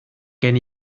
gen